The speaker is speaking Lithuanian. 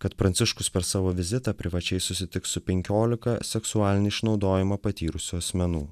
kad pranciškus per savo vizitą privačiai susitiks su penkiolika seksualinį išnaudojimą patyrusių asmenų